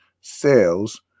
sales